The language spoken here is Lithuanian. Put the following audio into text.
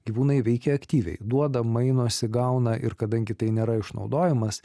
gyvūnai veikia aktyviai duoda mainosi gauna ir kadangi tai nėra išnaudojimas